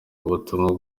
ubutumwa